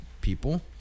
people